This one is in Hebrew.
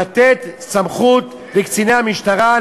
לתת סמכות לקציני המשטרה,